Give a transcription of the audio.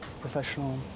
professional